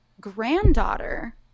granddaughter